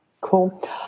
cool